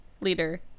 leader